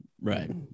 right